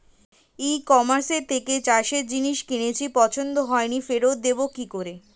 ই কমার্সের থেকে চাষের জিনিস কিনেছি পছন্দ হয়নি ফেরত দেব কী করে?